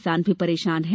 किसान भी परेशान है